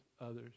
others